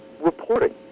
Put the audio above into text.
reporting